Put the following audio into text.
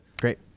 Great